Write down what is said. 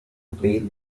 bath